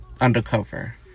undercover